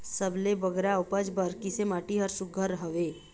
सबले बगरा उपज बर किसे माटी हर सुघ्घर हवे?